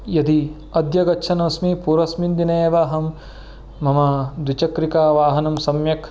यदि अद्य गच्छन् अस्मि पूर्वस्मिन् दिने एव अहं मम द्विचक्रिकावाहनं सम्यक्